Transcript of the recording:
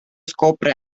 scopre